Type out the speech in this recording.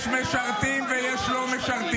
יש משרתים, ויש לא משרתים,